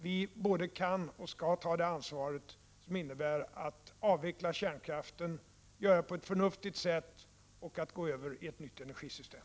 Vi både kan och skall ta det ansvar som innebär att kärnkraften skall avvecklas; det skall göras på ett förnuftigt sätt och vi skall gå över till ett nytt energisystem.